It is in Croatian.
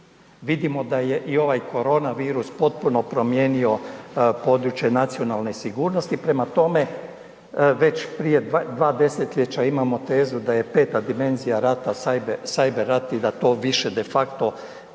vidimo da je i ovaj korona virus potpuno promijenio područje nacionalne sigurnosti, prema tome već prije 2 desetljeća imamo tezu da je 5 dimenzija rata cyber rat i da to više de facto u